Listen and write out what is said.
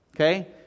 Okay